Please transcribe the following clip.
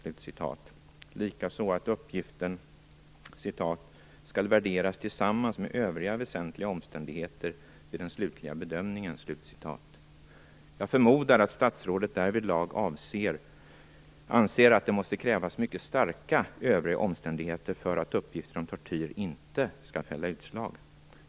Likaså säger statsrådet att uppgiften "skall värderas tillsammans med övriga väsentliga omständigheter vid den slutliga bedömningen". Jag förmodar att statsrådet därvidlag anser att det måste krävas mycket starka övriga omständigheter för att uppgifter om tortyr inte skall fälla utslag.